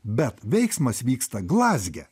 bet veiksmas vyksta glazge